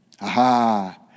Aha